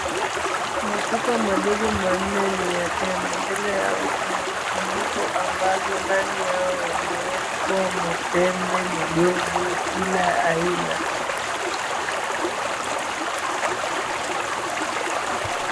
Machupa madogo manne ni ya tembe. Mbele yao kuna vifuniko ambazo ndani yao yamewekwa matembe, madogo kila aina.